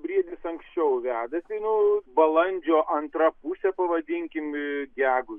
briedis anksčiau veda nu balandžio antra pusė pavadinkim gegužę